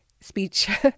speech